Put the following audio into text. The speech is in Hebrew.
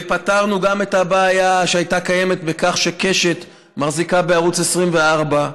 פתרנו גם את הבעיה שהייתה קיימת בכך שקשת מחזיקה בערוץ 24,